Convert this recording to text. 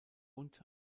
und